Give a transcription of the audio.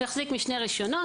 הוא יחזיק בשני רישיונות,